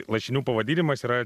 lašinių pavadinimas yra